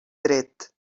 dret